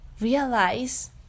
realize